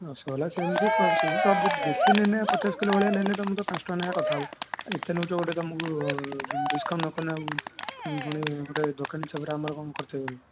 ରସଗୋଲା ସେମିତି ବେଶୀ ନେଲେ ପଚାଶ କିଲୋ ପରିକା ନେଲେ ତ ମୁଁ ତ ପାଞ୍ଚ ଟଙ୍କା ଲେଖାଁଏ କାଟିବି ଏତେ ନେଉଛ ତମକୁ ଡ଼ିସକାଉଣ୍ଟ ନକଲେ ଆଉ ପୁଣି ଗୋଟେ ଦୋକାନୀ ହିସାବ ରେ ଆମର କ'ଣ କର୍ତ୍ତବ୍ୟ